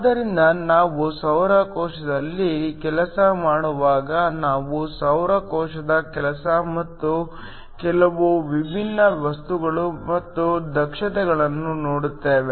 ಆದ್ದರಿಂದ ನಾವು ಸೌರ ಕೋಶದಲ್ಲಿ ಕೆಲಸ ಮಾಡುವಾಗ ನಾವು ಸೌರ ಕೋಶದ ಕೆಲಸ ಮತ್ತು ಕೆಲವು ವಿಭಿನ್ನ ವಸ್ತುಗಳು ಮತ್ತು ದಕ್ಷತೆಗಳನ್ನು ನೋಡುತ್ತೇವೆ